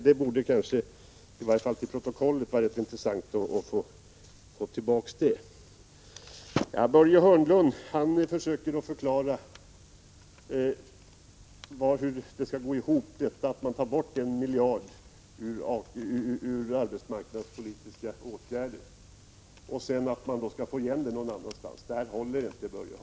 Det borde vara intressant att få detta till protokollet. Börje Hörnlund försöker förklara hur det hela går ihop, när man tar bort 1 miljard ur anslaget till arbetsmarknadspolitiska åtgärder och sedan skall få igen det någon annanstans. Det här håller inte, Börje Hörnlund.